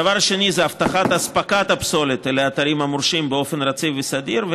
הדבר השני זה הבטחת אספקת הפסולת אל האתרים המורשים באופן רציף וסדיר,